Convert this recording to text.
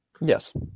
Yes